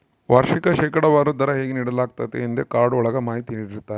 ವಾರ್ಷಿಕ ಶೇಕಡಾವಾರು ದರ ಹೇಗೆ ನೀಡಲಾಗ್ತತೆ ಎಂದೇ ಕಾರ್ಡ್ ಒಳಗ ಮಾಹಿತಿ ನೀಡಿರ್ತರ